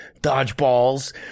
dodgeballs